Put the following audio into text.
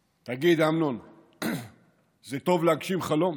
תגיד, אמנון, זה טוב להגשים חלום?